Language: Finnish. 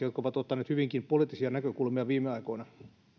jotka ovat ottaneet hyvinkin poliittisia näkökulmia viime aikoina